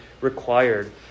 required